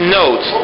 note